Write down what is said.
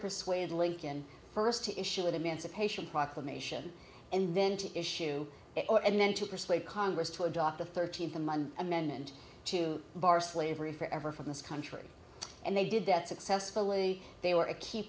persuade lincoln first to issue an emancipation proclamation and then to issue it and then to persuade congress to adopt the thirteenth amendment to bar slavery forever from this country and they did that successfully they were a key